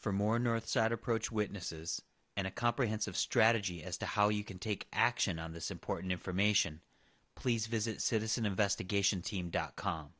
for more north side approach witnesses and a comprehensive strategy as to how you can take action on this important information please visit citizen investigation team dot com